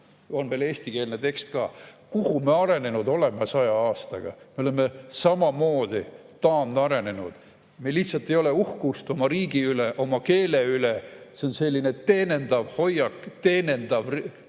on veel eestikeelne tekst ka. Kuhu me arenenud oleme 100 aastaga? Me oleme samamoodi taandarenenud, meil lihtsalt ei ole uhkust oma riigi üle, oma keele üle. See on selline teenindav hoiak, teenindav riik,